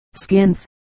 skins